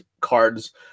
cards